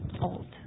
old